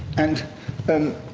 and then.